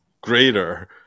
greater